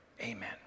Amen